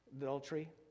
adultery